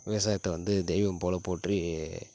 விவசாயத்தை வந்து தெய்வம் போலப் போற்றி